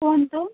କୁହନ୍ତୁ